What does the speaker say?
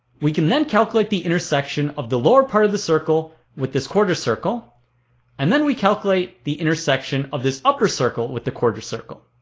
we can then calculate the intersection of the lower part of the circle with this quarter circle and then we calculate the intersection of this upper circle with the quarter circle